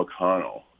McConnell